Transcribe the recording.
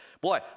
Boy